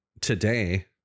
today